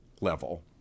level